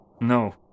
No